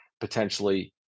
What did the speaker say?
potentially